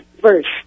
first